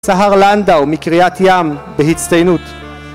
סהר לנדאו ומקריאת ים בהצטיינות